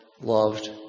loved